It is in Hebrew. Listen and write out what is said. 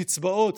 קצבאות,